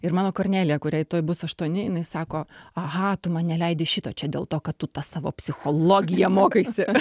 ir mano kornelija kuriai tuoj bus aštuoni jinai sako aha tu man neleidi šito čia dėl to kad tu tą savo psichologiją mokaisi